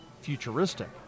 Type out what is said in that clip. futuristic